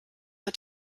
hat